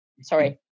sorry